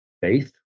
faith